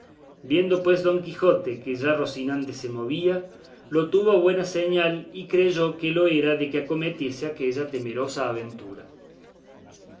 viendo pues don quijote que ya rocinante se movía lo tuvo a buena señal y creyó que lo era de que acometiese aquella temerosa aventura